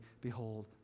Behold